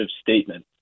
statement